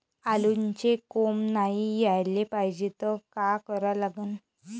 आलूले कोंब नाई याले पायजे त का करा लागन?